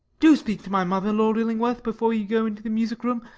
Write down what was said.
do speak to my mother, lord illingworth, before you go into the music-room.